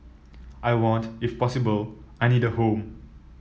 I want if possible I need a home